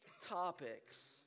topics